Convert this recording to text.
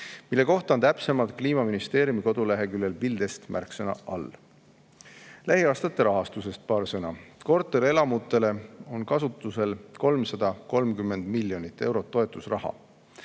mille kohta on täpsemalt Kliimaministeeriumi koduleheküljel BuildEST märksõna all. Lähiaastate rahastusest ka paar sõna. Korterelamutele on kasutusel 330 miljonit eurot toetusraha.